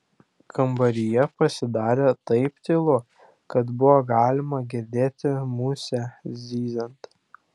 kambaryje pasidarė taip tylu kad buvo galima girdėti musę zyziant